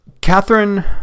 Catherine